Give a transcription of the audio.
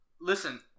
listen